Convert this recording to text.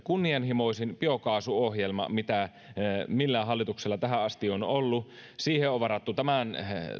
kunnianhimoisin biokaasuohjelma mitä millään hallituksella tähän asti on ollut tämän biokaasuohjelman ja biokaasun tuotantotuen toteuttamiseen on varattu tämän